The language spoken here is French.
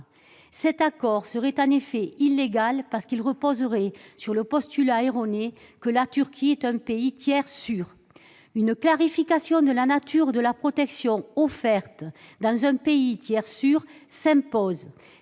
Cet accord serait en effet illégal parce qu'il reposerait sur le postulat erroné selon lequel la Turquie est un « pays tiers sûr ». Une clarification de la nature de la protection offerte dans un « pays tiers sûr » s'impose.